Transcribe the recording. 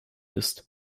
ist